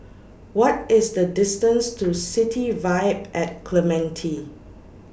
What IS The distance to City Vibe At Clementi